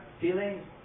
feeling